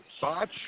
Botch